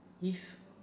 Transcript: if